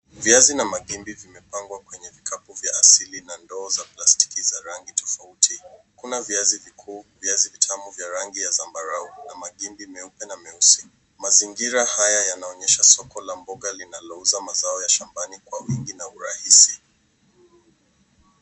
Viazi na magimbi vimepangwa kwenye vikapu vya asili na ndoo za plastiki za rangi tofauti. Kuna viazi vikuu, viazi vitamu vya rangi ya zambarau na magimbi meupe na meusi. Mazingira haya yanaonyesha soko la mboga linalouza mazao ya shambani kwa wingi na urahisi.